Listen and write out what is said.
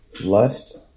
Lust